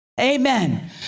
Amen